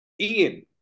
Ian